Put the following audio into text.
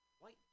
white